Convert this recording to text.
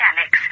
Alex